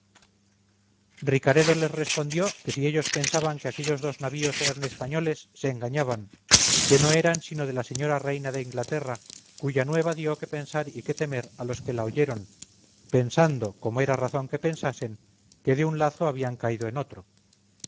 ricaredo les respondió que si ellos pensaban que aquellos dos navíos eran españoles se engañaban que no eran sino de la señora reina de inglaterra cuya nueva dio que pensar y que temer a los que la oyeron pensando como era razón que pensasen que de un lazo habían caído en otro